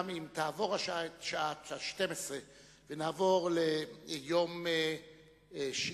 גם אם תעבור השעה 24:00 ונעבור ליום שישי,